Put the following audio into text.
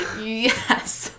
Yes